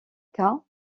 cas